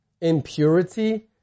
impurity